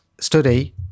study